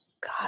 God